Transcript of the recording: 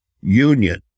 union